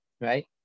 right